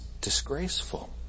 disgraceful